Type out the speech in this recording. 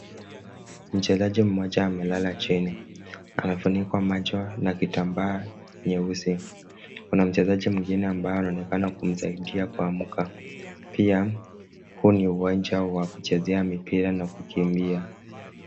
Mchezaji mmoja amelala chini. Anafunikwa macho na kitambaa nyeusi. Kuna mchezaji mwingine ambaye anaonekana kumsaidia kuamka, pia huu ni uwanja wa kuchezea mipira na kukimbia.